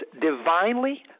divinely